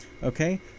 okay